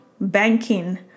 banking